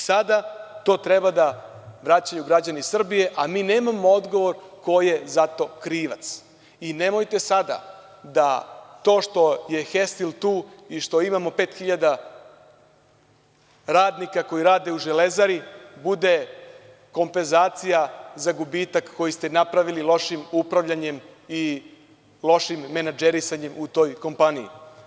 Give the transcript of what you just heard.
Sada to treba da vraćaju građani Srbije, a mi nemamo odgovor ko je za to krivac i nemojte sada da to što je „Hestil“ tu i što imamo pet hiljada radnika koji rade u „Železari“ bude kompenzacija za gubitak koji ste napravili lošim upravljanjem i lošim menadžerisanjem u toj kompaniji.